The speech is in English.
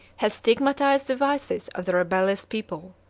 has stigmatized the vices of the rebellious people.